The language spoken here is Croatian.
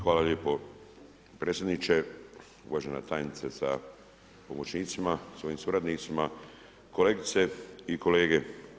Hvala lijepo predsjedniče, uvažena tajniče sa pomoćnicima, svojim suradnicima, kolegice i kolege.